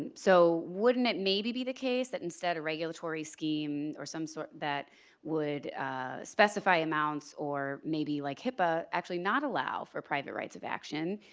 and so wouldn't it maybe be the case that instead a regulatory scheme or some sort that would specify amounts or maybe like hipaa, actually not allow for private rights of action,